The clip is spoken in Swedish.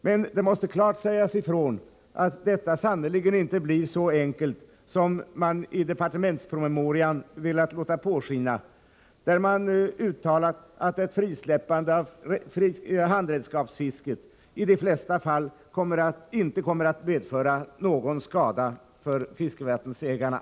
Men det måste klart sägas ifrån att detta sannerligen inte blir så enkelt som man i departementspromemorian velat låta påskina, när man uttalar att ett frisläppande av handredskapsfisket i de flesta fall inte kommer att medföra någon skada för fiskevattensägarna.